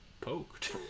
Poked